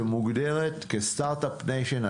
שמוגדרת כסטארט אפ ניישן,